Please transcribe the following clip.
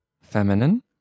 Feminine